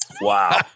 Wow